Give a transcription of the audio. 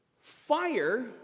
Fire